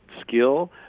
skill